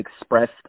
expressed